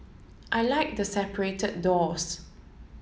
I like the separated doors